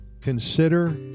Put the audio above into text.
consider